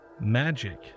magic